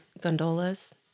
gondolas